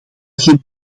geen